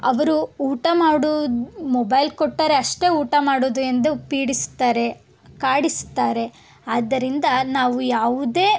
ಅವರು ಊಟ ಮಾಡೋದು ಮೊಬೈಲ್ ಕೊಟ್ಟರೆ ಅಷ್ಟೇ ಊಟ ಮಾಡೋದು ಎಂದು ಪೀಡಿಸ್ತಾರೆ ಕಾಡಿಸ್ತಾರೆ ಆದ್ದರಿಂದ ನಾವು ಯಾವುದೇ